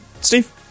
Steve